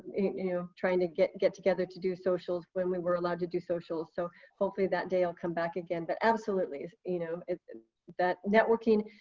you know trying to get get together to do socials when we were allowed to do socials. so hopefully that day will come back again. but absolutely, it's you know it's that networking